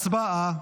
הצבעה.